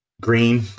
Green